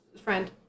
friend